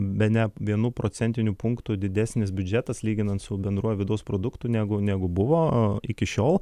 bene vienu procentiniu punktu didesnis biudžetas lyginant su bendruoju vidaus produktu negu negu buvo iki šiol